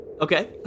Okay